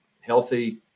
healthy